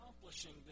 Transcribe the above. accomplishing